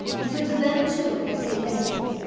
and so to them too, i say thank you.